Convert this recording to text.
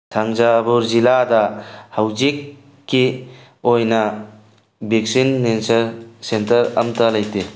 ꯊꯥꯟꯖꯥꯚꯨꯔ ꯖꯤꯂꯥꯗ ꯍꯧꯖꯤꯛꯀꯤ ꯑꯣꯏꯅ ꯚꯦꯛꯁꯤꯟꯅꯦꯁꯟ ꯁꯦꯟꯇꯔ ꯑꯝꯇ ꯂꯩꯇꯦ